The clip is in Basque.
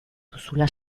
duzula